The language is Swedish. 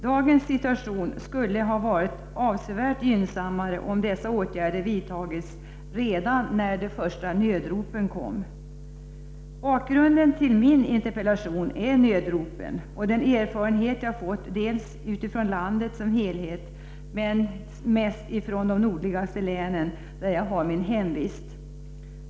Dagens situation skulle ha varit avsevärt gynnsammare om dessa åtgärder vidtagits redan när de första nödropen kom. Bakgrunden till min interpellation är nödropen och den erfarenhet jag fått från landet som helhet, men mest från de nordligaste länen där jag har min hemvist.